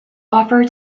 offer